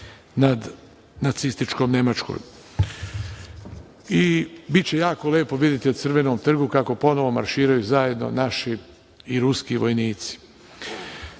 nad nacističkom Nemačkom. Biće jako lepo na Crvenom trgu kako ponovo marširaju zajedno naši i ruski vojnici. Pred